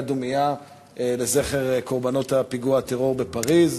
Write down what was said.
דומייה לזכר קורבנות פיגוע הטרור בפריז.